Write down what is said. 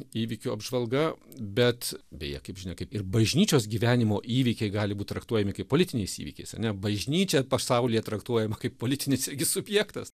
įvykių apžvalga bet beje kaip žinia kaip ir bažnyčios gyvenimo įvykiai gali būt traktuojami kaip politiniais įvykiais ar ne bažnyčia pasaulyje traktuojama kaip politinis irgi subjektas